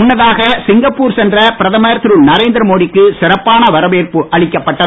முன்னதாக சிங்கப்பூர் சென்ற பிரதமர் திருநரேந்திர மோடிக்கு சிறப்பான வரவேற்பு அளிக்கப்பட்டது